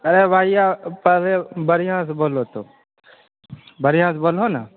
अरे भइया पहले बढ़िऑं से बोलो तु बढ़िऑं से बोलहो ने